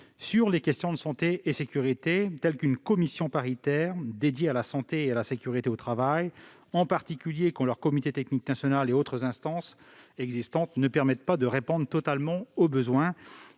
sur les questions de santé et de sécurité, tels qu'une commission paritaire dédiée à la santé et à la sécurité au travail, en particulier quand leur comité technique national et les autres instances existantes ne permettent pas de répondre totalement aux besoins.